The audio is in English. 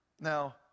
Now